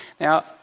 now